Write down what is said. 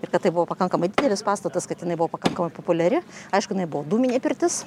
ir kad tai buvo pakankamai didelis pastatas kad jinai buvo pakankamai populiari aišku jinai buvo dūminė pirtis